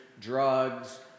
drugs